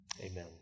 amen